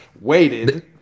waited